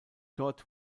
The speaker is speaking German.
dort